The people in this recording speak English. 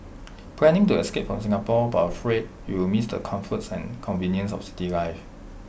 planning to escape from Singapore but afraid you'll miss the comforts and conveniences of city life